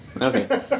Okay